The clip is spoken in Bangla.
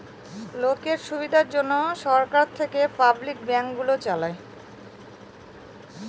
লোকের সুবিধার জন্যে সরকার থেকে পাবলিক ব্যাঙ্ক গুলো চালায়